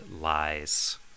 lies